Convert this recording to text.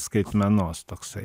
skaitmenos toksai